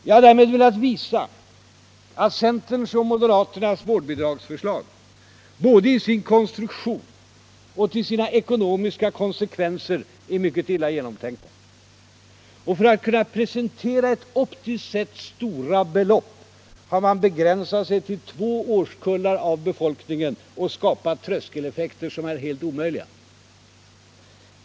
Jag har därmed velat visa att centerns och moderaternas vårdbidragsförslag både i sin konstruktion och till sina ekonomiska konsekvenser är mycket illa genomtänkt. För att kunna presentera optiskt sett stora belopp har man begränsat sig till två årskullar av befolkningen och skapat tröskeleffekter som är omöjliga.